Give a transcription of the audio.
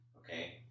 okay